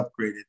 upgraded